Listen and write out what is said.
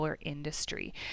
industry